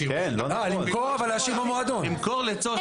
כן, למכור לצורך אפסנה, גברתי.